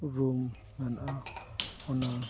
ᱨᱩᱢ ᱢᱮᱱᱟᱜᱼᱟ ᱚᱱᱟ